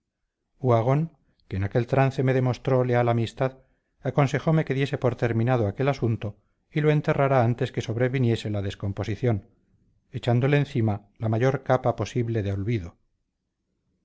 uhagón que en aquel trance me demostró leal amistad aconsejome que diese por terminado aquel asunto y lo enterrara antes que sobreviniese la descomposición echándole encima la mayor capa posible de olvido